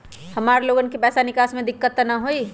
हमार लोगन के पैसा निकास में दिक्कत त न होई?